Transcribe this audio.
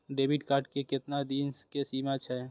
Debit card के केतना दिन के सीमा छै?